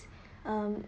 um